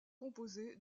composé